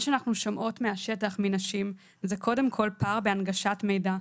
מה שאנחנו שומעות מהשטח מנשים זה קודם כל פער בהנגשת המידע,